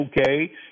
okay